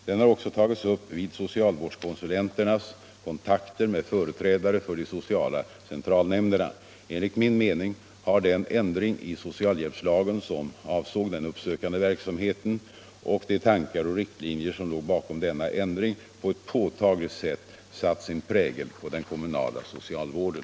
Den har också tagits upp vid socialvårdskonsulenternas kontakter med företrädare för de sociala centralnämnderna. Enligt min mening har den ändring i socialhjälpslagen som avsåg den uppsökande verksamheten och de tankar och riktlinjer som låg bakom denna ändring på ett påtagligt sätt satt sin prägel på den kommunala socialvården.